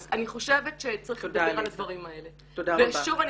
אני חושבת שצריך לדבר על הדברים האלה ושוב אני